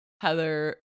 Heather